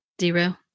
Zero